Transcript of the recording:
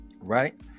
Right